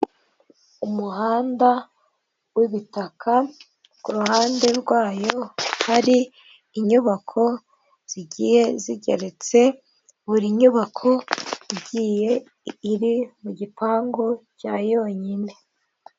Umuhanda w'ibitaka, ku ruhande rwayo hari inyubako zigiye zigeretse, buri nyubako igiye iri mu gipangu cya yonyine.